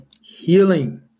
healing